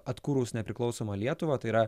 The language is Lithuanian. atkūrus nepriklausomą lietuvą tai yra